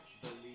believe